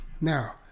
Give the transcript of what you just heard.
Now